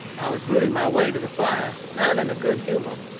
i was rooting my way to the fire, not in a good humor,